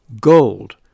gold